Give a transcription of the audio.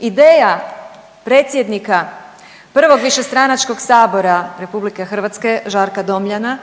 Ideja predsjednika prvog višestranačkog Sabora Republike Hrvatske Žarka Domljana